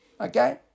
Okay